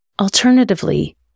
Alternatively